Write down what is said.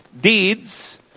deeds